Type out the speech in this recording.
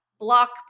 Block